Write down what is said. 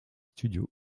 studio